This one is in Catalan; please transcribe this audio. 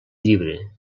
llibre